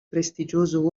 prestigioso